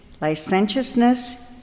licentiousness